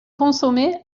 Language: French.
consommé